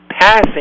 passing